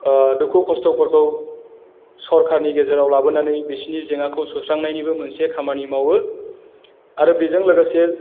दुखु खस्थ'फोरखौ सरखारनि गेजेराव लाबोनानै बिसोरनि जेंनाखौ सुस्रांनायनिबो मोनसे खामानि मावो आरो बेजों लोगोसे